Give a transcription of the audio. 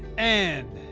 and,